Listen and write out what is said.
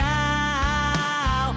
now